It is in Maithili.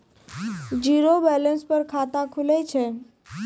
जीरो बैलेंस पर खाता खुले छै?